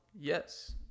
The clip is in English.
Yes